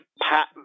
Pat